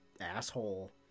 asshole